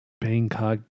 Bangkok